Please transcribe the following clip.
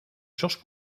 georges